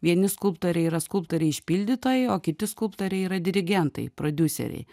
vieni skulptoriai yra skulptoriai išpildytojai o kiti skulptoriai yra dirigentai prodiuseriai